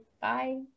Bye